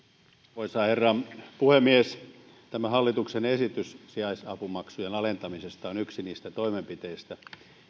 arvoisa herra puhemies tämä hallituksen esitys sijaisapumaksujen alentamisesta on yksi niistä toimenpiteistä